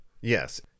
Yes